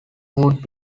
would